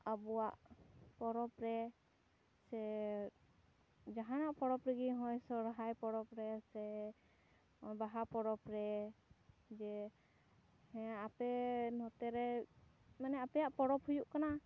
ᱟᱵᱚᱣᱟᱜ ᱯᱚᱨᱚᱵᱽ ᱨᱮ ᱥᱮ ᱡᱟᱦᱟᱱᱟᱜ ᱯᱚᱨᱚᱵᱽ ᱨᱮᱜᱮ ᱦᱚᱜᱼᱚᱭ ᱥᱚᱨᱦᱟᱭ ᱯᱚᱨᱚᱵᱽ ᱨᱮ ᱥᱮ ᱵᱟᱦᱟ ᱯᱚᱨᱚᱵᱽ ᱨᱮ ᱡᱮ ᱦᱮᱸ ᱟᱯᱮ ᱱᱚᱛᱮ ᱨᱮ ᱢᱟᱱᱮ ᱟᱯᱮᱭᱟᱜ ᱯᱚᱨᱚᱵᱽ ᱦᱩᱭᱩᱜ ᱠᱟᱱᱟ